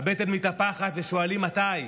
הבטן מתהפכת, ושואלים: מתי?